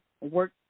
work